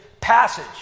passage